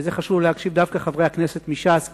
ולזה חשוב שיקשיבו דווקא חברי הכנסת מש"ס,